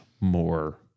more